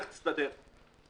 לך תסתדר."